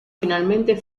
finalmente